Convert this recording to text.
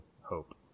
hope